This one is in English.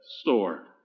Store